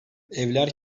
evler